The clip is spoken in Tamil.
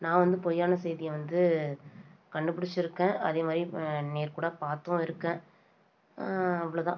நான் வந்து பொய்யான செய்தியை வந்து கண்டுபிடிச்சிருக்கேன் அதே மாதிரி நேர்லகூட பார்த்தும் இருக்கேன் அவ்வளோ தான்